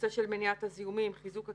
נושא של מניעת הזיהומים, חיזוק הקהילה,